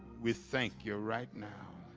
we thank you right now